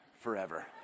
forever